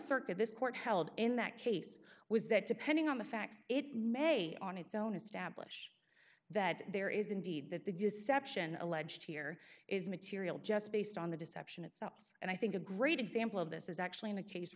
circuit this court held in that case was that depending on the facts it may on its own establish that there is indeed that the deception alleged here is material just based on the deception itself and i think a great example of this is actually in a case